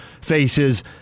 faces